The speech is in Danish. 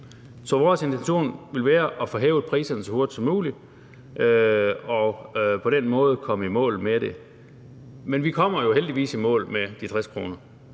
Så vores intention vil være at få hævet priserne så hurtigt som muligt og på den måde komme i mål med det. Men vi kommer jo heldigvis i mål med de 60 kr.,